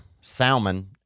salmon